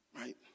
right